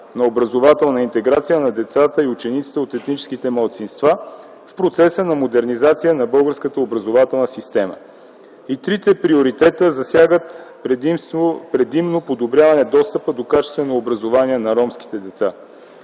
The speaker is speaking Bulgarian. на образователна интеграция на децата и учениците от етническите малцинства в процеса на модернизация на българската образователна система. Трите приоритета засягат предимно подобряване достъпа до качествено образование на ромските деца.